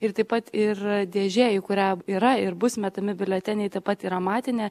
ir taip pat ir dėžė į kurią yra ir bus metami biuleteniai taip pat yra matinė